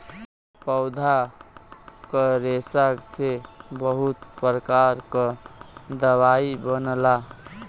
पौधा क रेशा से बहुत प्रकार क दवाई बनला